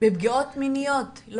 בפגיעות מיניות.